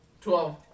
Twelve